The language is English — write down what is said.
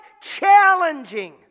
challenging